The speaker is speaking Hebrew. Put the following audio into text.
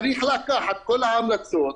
צריך לקחת כל ההמלצות,